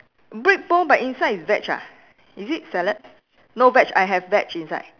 brick bowl but inside is veg ah is it salad no veg I have veg inside